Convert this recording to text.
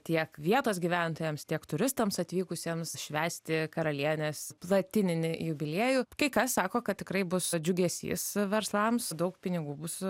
tiek vietos gyventojams tiek turistams atvykusiems švęsti karalienės platininį jubiliejų kai kas sako kad tikrai bus džiugesys verslams daug pinigų bus